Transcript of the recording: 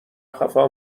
خفا